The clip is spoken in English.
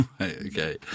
Okay